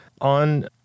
On